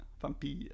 Vampire